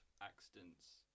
accidents